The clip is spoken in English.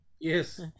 Yes